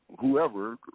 whoever